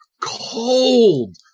cold